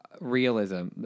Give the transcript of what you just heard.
realism